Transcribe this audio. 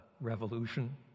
revolution